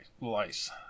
lice